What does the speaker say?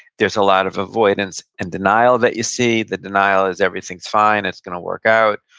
there's a lot of avoidance and denial that you see. the denial is, everything's fine. it's gonna work out.